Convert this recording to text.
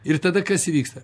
ir tada kas įvyksta